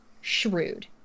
shrewd